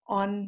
on